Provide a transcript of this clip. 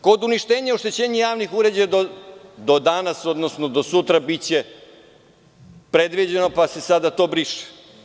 Kod uništenja i uništenja javnih uređaja do danas, odnosno do sutra biće predviđeno, pa se sada to briše.